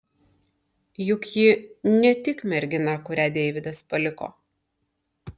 juk ji ne tik mergina kurią deividas paliko